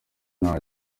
nta